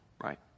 right